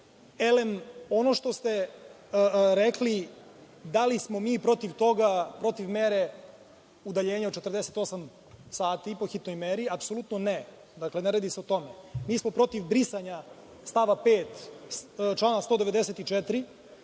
ono što ste rekli da li smo mi protiv toga, protiv mere udaljenja od 48 sati i po hitnoj meri, apsolutno ne. Dakle, ne radi se o tome. Mi smo protiv brisanja stava 5. člana 194.